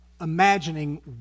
imagining